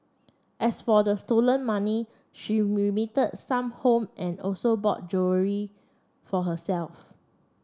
as for the stolen money she remitted some home and also bought for herself